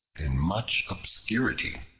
in much obscurity.